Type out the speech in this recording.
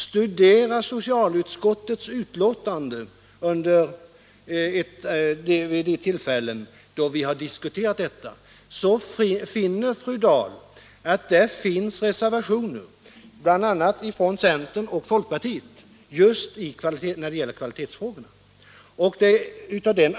Studera socialutskottets betänkanden vid de tillfällen då vi har diskuterat detta! Fru Dahl skall då se att det där finns reservationer bl.a. från centern och folkpartiet i kvalitetsfrågorna.